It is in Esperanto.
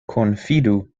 konfidu